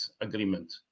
agreement